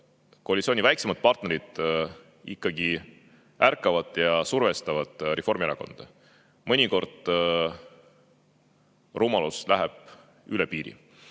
koalitsiooni väiksemad partnerid ikkagi ärkavad ja survestavad Reformierakonda. Mõnikord läheb rumalus üle piiri.